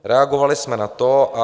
Reagovali jsme na to.